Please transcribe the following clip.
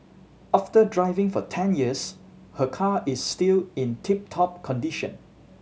after driving for ten years her car is still in tip top condition